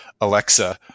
Alexa